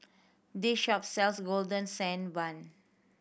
this shop sells Golden Sand Bun